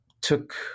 took